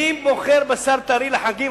מי מוכר בשר טרי לחגים?